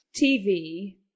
TV